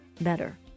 better